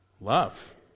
Love